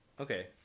Okay